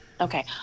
Okay